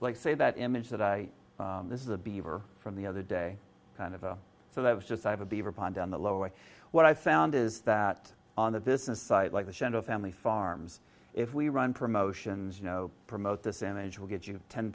like say that image that i this is a beaver from the other day kind of a so that was just i have a beaver pond on the lower what i found is that on the business site like the shadow family farms if we run promotions you know promote this image will get you ten